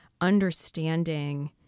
understanding